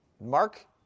Mark